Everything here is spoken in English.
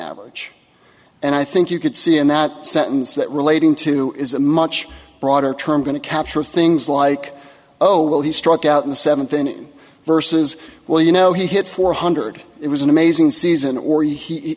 which and i think you could see in that sentence that relating to is a much broader term going to capture things like oh well he struck out in the seventh inning versus well you know he hit four hundred it was an amazing season or he